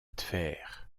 tver